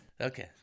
Okay